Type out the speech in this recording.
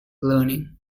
learning